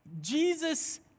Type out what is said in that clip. Jesus